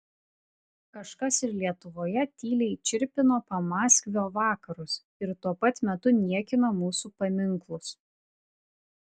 kažkas ir lietuvoje tyliai čirpino pamaskvio vakarus ir tuo pat metu niekino mūsų paminklus